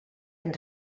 ens